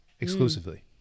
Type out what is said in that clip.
exclusively